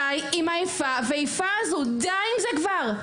די עם האיפה ואיפה הזו, די עם זה כבר.